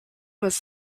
was